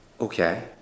okay